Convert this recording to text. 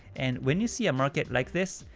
and when you see a market like this,